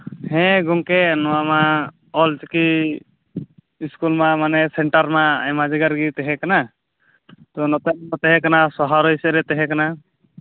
ᱦᱮᱸ ᱜᱚᱢᱠᱮ ᱱᱚᱣᱟᱢᱟ ᱚᱞᱪᱤᱠᱤ ᱤᱥᱠᱩᱞ ᱢᱟ ᱢᱟᱱᱮ ᱥᱮᱱᱴᱟᱨᱢᱟ ᱟᱭᱢᱟ ᱡᱟᱭᱜᱟ ᱨᱮᱜᱮ ᱛᱟᱦᱮᱸ ᱠᱟᱱᱟ ᱛᱳ ᱱᱚᱛᱮ ᱨᱮᱫᱚ ᱛᱟᱦᱮᱸ ᱠᱟᱱᱟ ᱥᱚᱦᱟᱨᱳᱭ ᱥᱮᱫ ᱨᱮ ᱛᱟᱦᱮᱸ ᱠᱟᱱᱟ